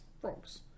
frogs